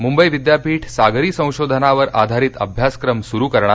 मुंबई विद्यापीठ सागरी संशोधनावर आधारित अभ्यासक्रम सुरू करणार